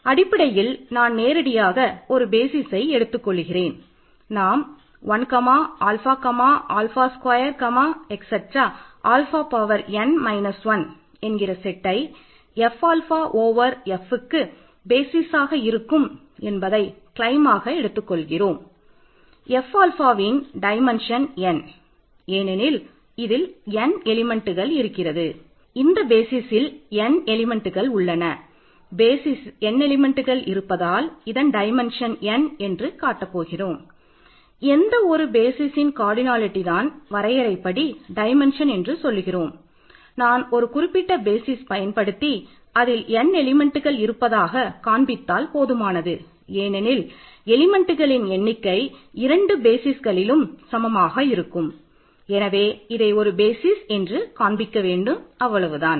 அடிப்படையில் நான் நேரடியாக ஒரு பேசிஸ் என்று காண்பிக்க வேண்டும் அவ்வளவுதான்